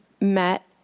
met